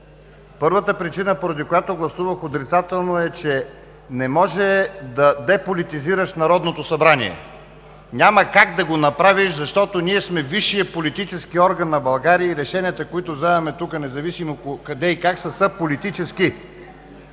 Първата причина, поради която гласувах отрицателно, е, че не може да деполитизираш Народното събрание. Няма как да го направиш, защото ние сме висшият политически орган на България и решенията, които вземаме тук, независимо къде и как, са политически.